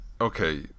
okay